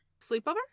Sleepover